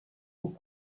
aux